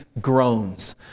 groans